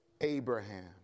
Abraham